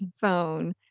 phone